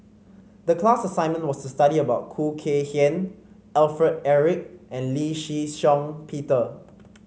the class assignment was to study about Khoo Kay Hian Alfred Eric and Lee Shih Shiong Peter